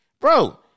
Bro